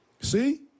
See